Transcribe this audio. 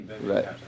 right